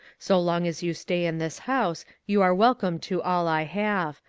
so long as you stay in this house you are welcome to all i have,